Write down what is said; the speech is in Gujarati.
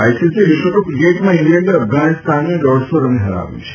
આઈસીસી વિશ્વ કપ ક્રિકેટમાં ઇંગ્લેન્ડે અફઘાનિસ્તાનને દોઢસો રને હરાવ્યું છે